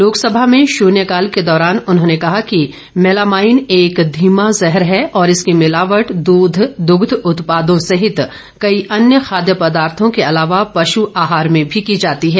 लोकसभा में शून्य काल के दौरान उन्होंने कहा कि मैलामाईन एक धीमा जहर है और इसकी मिलावट दूध दुग्ध उत्पादों सहित कई अन्य खाद्य पदार्थों के अलावा पशु आहार में भी की जाती है